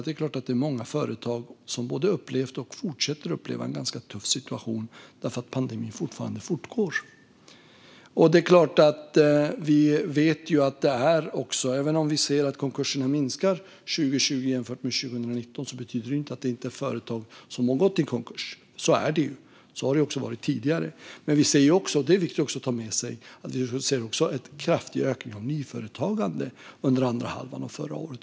Det är klart att det är många företag som upplevt och fortsätter att uppleva en ganska tuff situation därför att pandemin fortfarande fortgår. Även om vi ser att antalet konkurser minskat 2020 jämfört med 2019 betyder inte det att det inte är företag som har gått i konkurs. Så är det, och så har det varit tidigare. Men det är viktigt att ta med sig att vi också ser en kraftig ökning av nyföretagande under andra halvan av förra året.